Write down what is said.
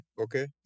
Okay